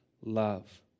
love